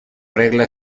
regla